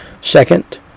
Second